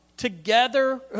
Together